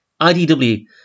IDW